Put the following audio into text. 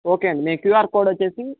okay అండి మా QR code వచ్చి